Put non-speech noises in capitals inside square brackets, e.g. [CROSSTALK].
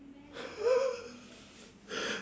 [LAUGHS]